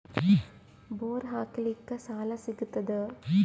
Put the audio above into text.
Bore ಹಾಕಲಿಕ್ಕ ಸಾಲ ಸಿಗತದ?